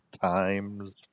times